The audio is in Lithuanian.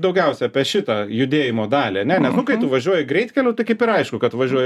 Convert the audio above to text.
daugiausia apie šitą judėjimo dalį ane nes nu kai tu važiuoji greitkeliu tai kaip ir aišku kad važiuoji